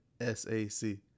S-A-C